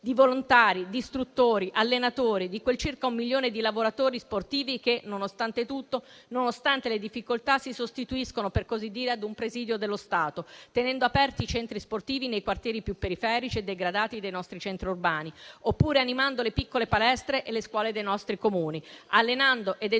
di volontari, di istruttori, di allenatori e di quel milione circa di lavoratori sportivi che, nonostante tutto e nonostante le difficoltà, si sostituiscono - per così dire - a un presidio dello Stato, tenendo aperti i centri sportivi nei quartieri più periferici e degradati dei nostri centri urbani, oppure animando le piccole palestre e le scuole dei nostri Comuni, allenando ed educando